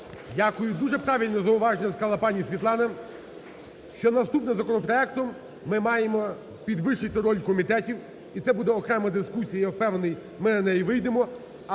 Дякую. Дуже правильне зауваження сказала пані Світлана, що наступним законопроектом ми маємо підвищити роль комітетів, і це буде окрема дискусія, я впевнений, ми на неї вийдемо.